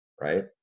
right